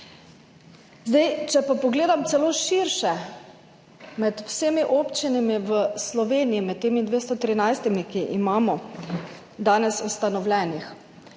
mestu. Če pa pogledam celo širše, med vsemi občinami v Sloveniji, med temi 213, ki so danes ustanovljene,